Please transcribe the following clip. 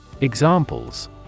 Examples